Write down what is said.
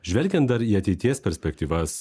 žvelgiant dar į ateities perspektyvas